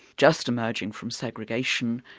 just emerging from segregation,